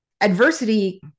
adversity